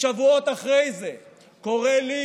שבועות אחרי זה קורא לי